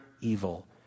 evil